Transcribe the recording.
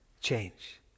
change